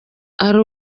hari